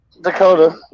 Dakota